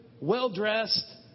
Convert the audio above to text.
well-dressed